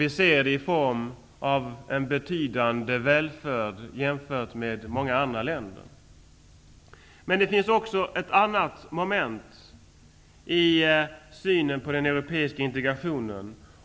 Vi ser det i form av en betydande välfärd, jämfört med många andra länder. Det finns också ett annat moment i synen på den europeiska integrationen.